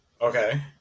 Okay